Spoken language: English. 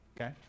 Okay